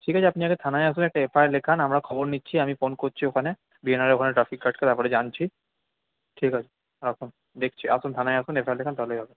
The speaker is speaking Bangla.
ঠিক আছে আপনি আগে থানায় আসবেন একটা এফআইআর লেখান আমরা খবর নিচ্ছি আমি ফোন করছি ওখানে ওখানে ট্রাফিক গার্ডকে তারপরে জানছি ঠিক আছে রাখুন দেখছি আসুন থানায় আসুন এফআইআর লেখান তাহলেই হবে